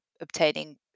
obtaining